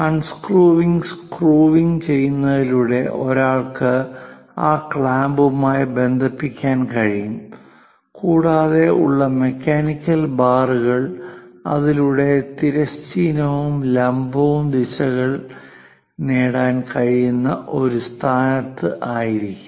unscrewing screwing unscrewing screwing ചെയ്യുന്നതിലൂടെ ഒരാൾക്ക് ആ ക്ലാമ്പുമായി ബന്ധിപ്പിക്കാൻ കഴിയും കൂടാതെ ഉള്ള മെക്കാനിക്കൽ ബാറുകൾ അതിലൂടെ തിരശ്ചീനവും ലംബവുമായ ദിശകൾ നേടാൻ കഴിയുന്ന ഒരു സ്ഥാനത്ത് ആയിരിക്കും